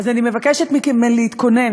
אז אני מבקשת מכם להתכונן,